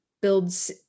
builds